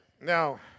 Now